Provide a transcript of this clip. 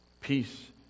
peace